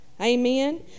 Amen